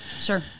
sure